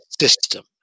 system